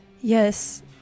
Yes